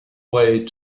way